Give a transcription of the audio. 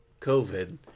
COVID